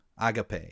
Agape